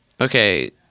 Okay